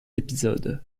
épisode